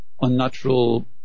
unnatural